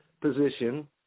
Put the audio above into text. position